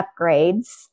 upgrades